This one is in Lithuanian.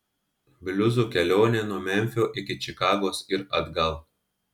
bliuzo kelionė nuo memfio iki čikagos ir atgal